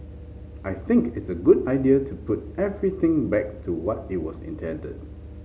I think it's a good idea to put everything back to what it was intended